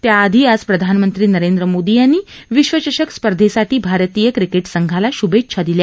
त्या आधी आज प्रधानमंत्री नरेंद्र मोदी यांनी विश्वचषक स्पर्धेसाठी भारतीय क्रिके शसंघाला शुभेच्छा दिल्या